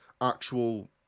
actual